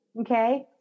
okay